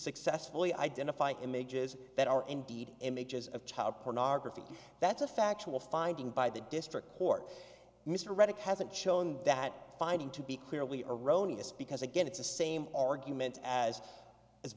successfully identify images that are indeed images of child pornography that's a factual finding by the district court mr redick hasn't shown that finding to be clearly erroneous because again it's the same argument as as